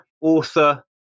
author